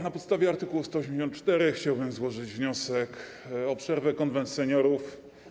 Na podstawie art. 184 chciałbym złożyć wniosek o przerwę i zwołanie Konwentu Seniorów.